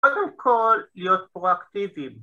‫קודם כל, להיות פרואקטיביים.